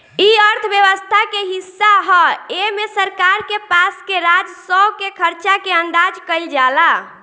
इ अर्थव्यवस्था के हिस्सा ह एमे सरकार के पास के राजस्व के खर्चा के अंदाज कईल जाला